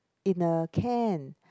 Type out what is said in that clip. in a can